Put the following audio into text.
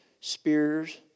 spears